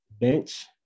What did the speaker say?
Bench